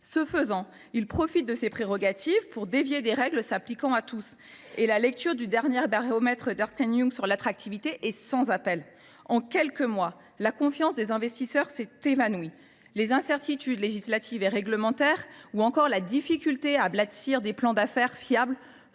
Ce faisant, il profite de ses prérogatives pour dévier des règles qui s’appliquent à tous. La lecture du dernier baromètre d’Ernst & Young sur l’attractivité est sans appel : en quelques mois, la confiance des investisseurs s’est évanouie. Les incertitudes législatives et réglementaires, ou encore la difficulté à bâtir des plans d’affaires fiables,